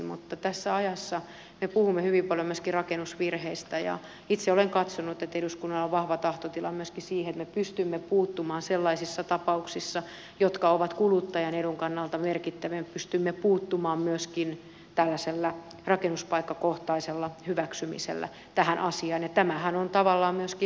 mutta tässä ajassa me puhumme hyvin paljon myöskin rakennusvirheistä ja itse olen katsonut että eduskunnalla on vahva tahtotila siihen että me pystymme puuttumaan sellaisissa tapauksissa jotka ovat kuluttajan edun kannalta merkittäviä myöskin tällaisella rakennuspaikkakohtaisella hyväksymisellä tähän asiaan ja tämähän on tavallaan myöskin aika kevyt menettely